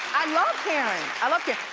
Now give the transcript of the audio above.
i love karen. i love